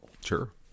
Sure